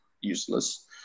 useless